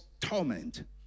torment